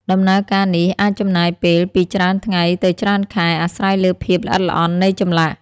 ដំណើរការនេះអាចចំណាយពេលពីច្រើនថ្ងៃទៅច្រើនខែ អាស្រ័យលើភាពល្អិតល្អន់នៃចម្លាក់។